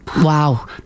Wow